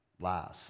lies